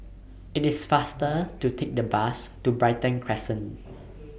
IT IS faster to Take The Bus to Brighton Crescent